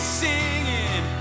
singing